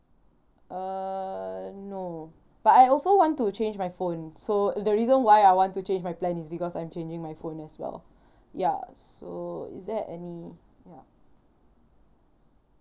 uh no but I also want to change my phone so the reason why I want to change my plan is because I'm changing my phone as well ya so is there any ya